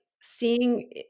seeing